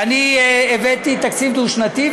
ואני הבאתי תקציב דו-שנתי,